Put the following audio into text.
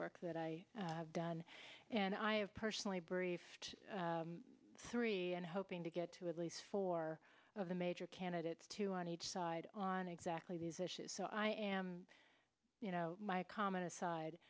work that i have done and i have personally briefed three and hoping to get to at least four of the major candidates two on each side on exactly these issues so i am you know my comment aside